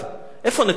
איפה נקבל אותם?